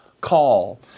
call